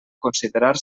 considerar